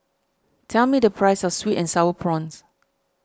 tell me the price of Sweet and Sour Prawns